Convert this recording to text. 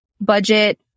budget